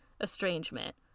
estrangement